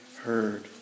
heard